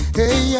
hey